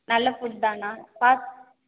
நல்ல ஃபுட் தானா ஃபாஸ்